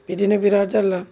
बिदिनो बिराद जार्ल्ला